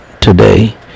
today